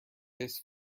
this